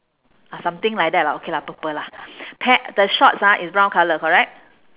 ah something like that lah okay lah purple lah pa~ the shorts ah is brown colour correct